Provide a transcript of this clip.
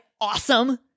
awesome